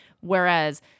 Whereas